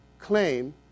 claim